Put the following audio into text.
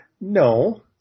No